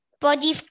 body